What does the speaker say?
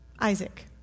Isaac